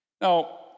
Now